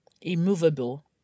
immovable